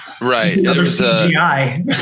Right